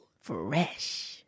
Fresh